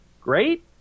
great